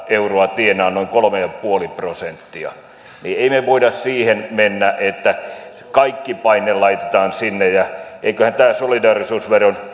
euroa tienaa noin kolme pilkku viisi prosenttia niin emme me me voi siihen mennä että kaikki paine laitetaan sinne ja eiköhän tämä solidaarisuusveron